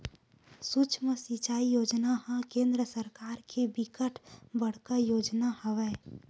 सुक्ष्म सिचई योजना ह केंद्र सरकार के बिकट बड़का योजना हवय